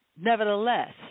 nevertheless